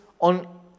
on